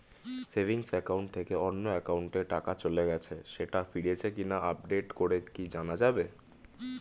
Savings account থেকে অন্য একাউন্টে টাকা চলে গেছে সেটা ফিরেছে কিনা আপডেট করে কি জানা যাবে?